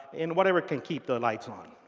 and whatever can keep the lights on.